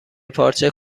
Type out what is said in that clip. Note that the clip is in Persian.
پارچه